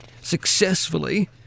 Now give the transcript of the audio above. successfully